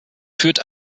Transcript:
führt